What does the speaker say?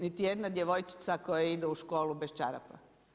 Niti jedna djevojčica koja ide u školu bez čarapa.